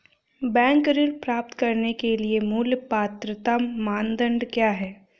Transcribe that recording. Bank ऋण प्राप्त करने के लिए मूल पात्रता मानदंड क्या हैं?